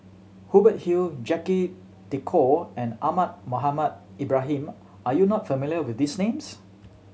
Hubert Hill Jacque De Coutre and Ahmad Mohamed Ibrahim are you not familiar with these names